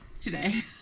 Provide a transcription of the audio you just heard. today